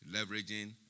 Leveraging